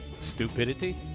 Stupidity